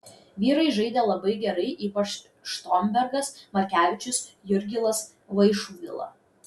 vyrai žaidė labai gerai ypač štombergas markevičius jurgilas vaišvila